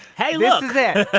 hey, look. yeah